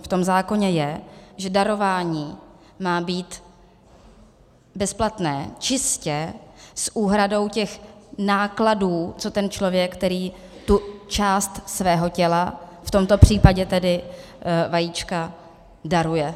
V tom zákoně je, že darování má být bezplatné, čistě s úhradou těch nákladů, co ten člověk, který tu část svého těla, v tomto případě tedy vajíčka, daruje.